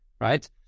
right